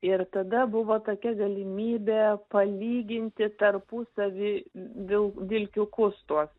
ir tada buvo tokia galimybė palyginti tarpusavy vil vilkiukus tuos